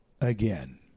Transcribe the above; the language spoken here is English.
again